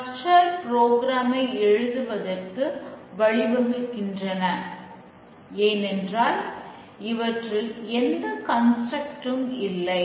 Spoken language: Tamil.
ஸ்ட்ரக்சர் ப்ரோக்ராமிங் ம் இல்லை